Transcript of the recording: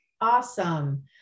awesome